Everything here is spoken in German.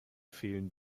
fehlen